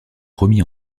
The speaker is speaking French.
remis